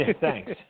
Thanks